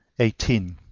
eighteen.